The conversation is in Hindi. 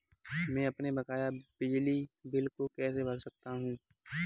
मैं अपने बकाया बिजली बिल को कैसे भर सकता हूँ?